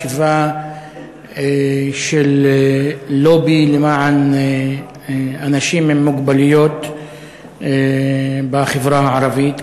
ישיבה של לובי למען אנשים עם מוגבלויות בחברה הערבית,